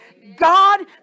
God